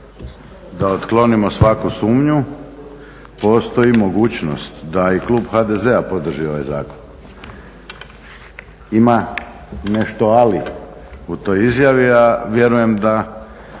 da otklonimo svaku sumnju postoji mogućnost da i klub HDZ-a podrži ovaj zakon. Ima nešto ali u toj izjavi ali vjerujem da